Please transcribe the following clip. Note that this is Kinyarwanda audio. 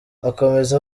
akomeza